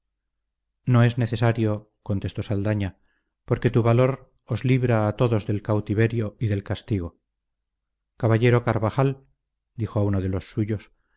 no es necesario contestó saldaña porque tu valor os libra a todos del cautiverio y del castigo caballero carvajal dijo a uno de los suyos